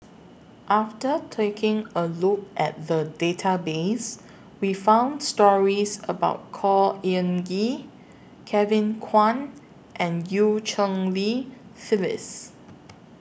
after taking A Look At The Database We found stories about Khor Ean Ghee Kevin Kwan and EU Cheng Li Phyllis